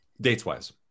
Dates-wise